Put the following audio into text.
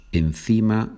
encima